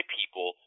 people